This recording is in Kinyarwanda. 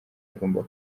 agomba